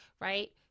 right